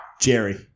Jerry